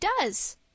does